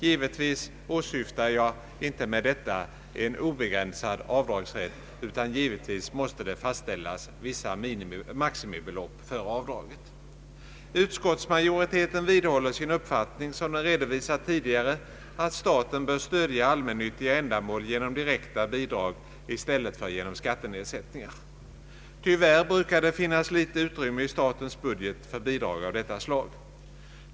Givetvis åsyftar jag inte med detta en obegränsad avdragsrätt, utan det måste finnas vissa maximibelopp för avdrag. Utskottsmajoriteten vidhåller = sin uppfattning som den redovisat tidigare, att staten bör stödja allmännyttiga ändamål genom direkta bidrag i stället för genom skattenedsättningar. Tyvärr brukar det finnas litet utrymme i statens budget för bidrag av detta slag.